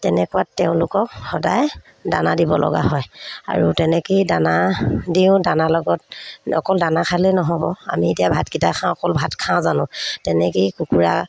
তেনেকুৱাত তেওঁলোকক সদায় দানা দিব লগা হয় আৰু তেনেকেই দানা দিওঁ দানাৰ লগত অকল দানা খালে নহ'ব আমি এতিয়া ভাতকেইটা খাওঁ অকল ভাত খাওঁ জানো তেনেকেই কুকুৰা